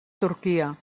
turquia